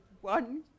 one